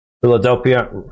Philadelphia